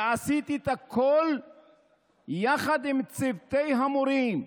ועשיתי את הכול יחד עם צוותי המורים,